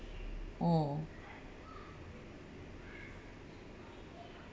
oh